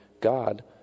God